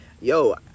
yo